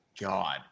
god